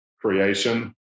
creation